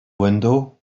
window